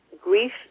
Grief